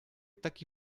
taki